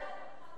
כן.